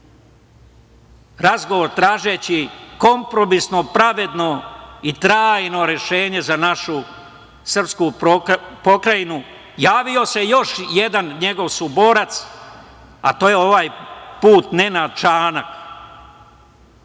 razgovor, tražeći kompromisno, pravedno i trajno rešenje za našu srpsku pokrajinu, javio se još jedan njegov saborac, a to je ovaj put Nenad Čanak.